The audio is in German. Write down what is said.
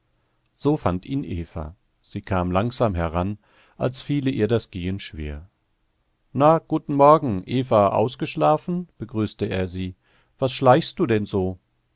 so fand ihn eva sie kam langsam heran als fiele ihr das gehen schwer na guten morgen eva ausgeschlafen begrüßte er sie was schleichst du denn so